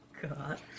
God